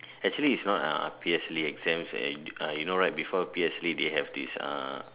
actually its not ah P_S_L_E exam and you know right before P_S_L_E they have this uh